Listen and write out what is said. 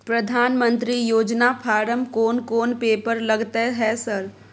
प्रधानमंत्री योजना फारम कोन कोन पेपर लगतै है सर?